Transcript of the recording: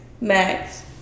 Max